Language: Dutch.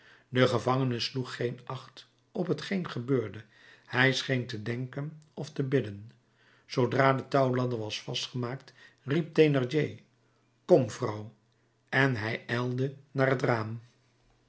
de gevangene sloeg geen acht op t geen gebeurde hij scheen te denken of te bidden zoodra de touwladder was vastgemaakt riep thénardier kom vrouw en hij ijlde naar het raam